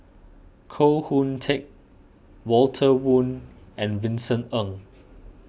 Koh Hoon Teck Walter Woon and Vincent Ng